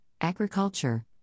agriculture